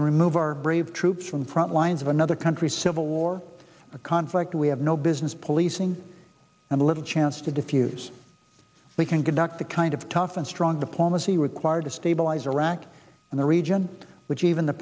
can remove our brave troops from the front lines of another country civil war a conflict we have no business policing and little chance to diffuse we can conduct the kind of tough and strong diplomacy required to stabilize iraq and the region which even the